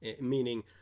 Meaning